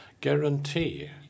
guarantee